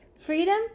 Freedom